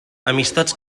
amistats